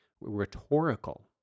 rhetorical